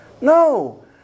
No